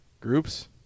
groups